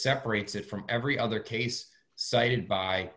separates it from every other case cited by